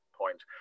point